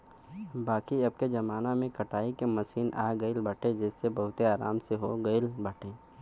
बाकी अबके जमाना में कटाई के मशीन आई गईल बाटे जेसे बहुते आराम हो गईल बाटे